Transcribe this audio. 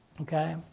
okay